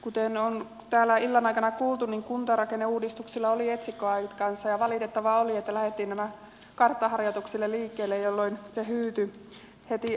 kuten on täällä illan aikana kuultu kuntarakenneuudistuksella oli etsikkoaikansa ja valitettavaa oli että lähdettiin näillä karttaharjoituksilla liikkeelle jolloin se hyytyi heti alkuunsa